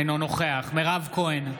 אינו נוכח מירב כהן,